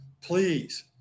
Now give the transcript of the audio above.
please